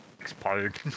expired